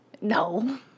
No